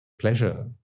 pleasure